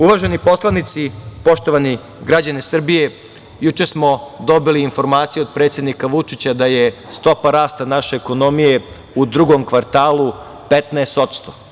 Uvaženi poslanici, poštovani građani Srbije, juče smo dobili informaciju od predsednika Vučića da je stopa rasta naše ekonomije u drugom kvartalu 15%